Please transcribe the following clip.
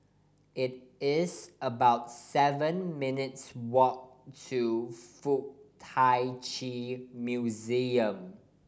it is about seven minutes' walk to Fuk Tak Chi Museum